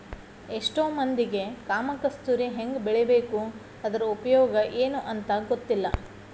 ಎಷ್ಟೋ ಮಂದಿಗೆ ಕಾಮ ಕಸ್ತೂರಿ ಹೆಂಗ ಬೆಳಿಬೇಕು ಅದ್ರ ಉಪಯೋಗ ಎನೂ ಅಂತಾ ಗೊತ್ತಿಲ್ಲ